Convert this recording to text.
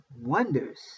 wonders